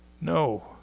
No